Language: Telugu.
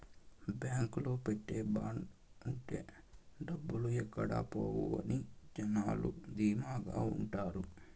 బాంకులో పెట్టే బాండ్ ఉంటే డబ్బులు ఎక్కడ పోవు అని జనాలు ధీమాగా ఉంటారు